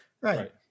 Right